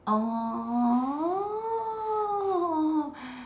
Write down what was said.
oh